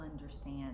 understand